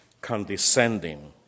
condescending